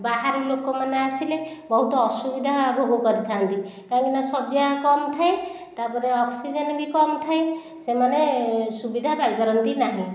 ବାହାରୁ ଲୋକମାନେ ଆସିଲେ ବହୁତ ଅସୁବିଧା ଭୋଗ କରିଥାଆନ୍ତି କାହିଁକିନା ଶଯ୍ୟା କମ୍ ଥାଏ ତା'ପରେ ଅକ୍ସିଜେନ ବି କମ୍ ଥାଏ ସେମାନେ ସୁବିଧା ପାଇପାରନ୍ତି ନାହିଁ